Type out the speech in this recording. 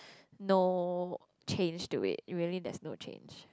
no change to it really that's no change